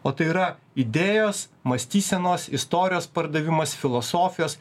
o tai yra idėjos mąstysenos istorijos pardavimas filosofijos